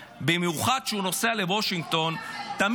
במיוחד כשהוא נוסע לוושינגטון -- בואו נאחל לו בהצלחה.